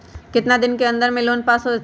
कितना दिन के अन्दर में लोन पास होत?